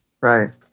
Right